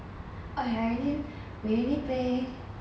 oh I already we already play